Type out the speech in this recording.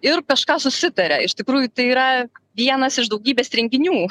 ir kažką susitaria iš tikrųjų tai yra vienas iš daugybės renginių